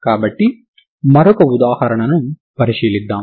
కాబట్టి మరొక ఉదాహరణను పరిశీలిస్తాము